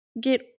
Get